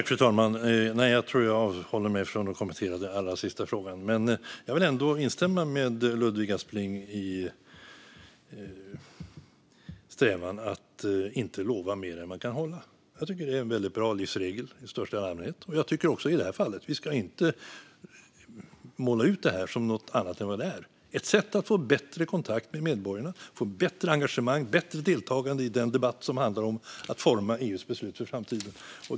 Fru talman! Jag tror att jag avhåller mig från att kommentera den allra sista frågan. Men jag vill ändå instämma med Ludvig Aspling när det gäller strävan att inte lova mer än man kan hålla. Jag tycker att det är en väldigt bra livsregel i största allmänhet, och också i det här fallet. Vi ska inte måla ut detta som något annat än vad det är: ett sätt att få bättre kontakt med medborgarna och att få bättre engagemang och bättre deltagande i den debatt som handlar om att forma EU:s beslut för framtiden.